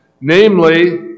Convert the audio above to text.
Namely